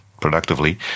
productively